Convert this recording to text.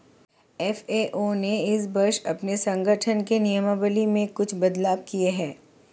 FAO ने इस वर्ष अपने संगठन के नियमावली में कुछ बदलाव किए हैं